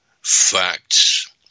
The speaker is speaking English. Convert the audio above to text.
facts